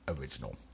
original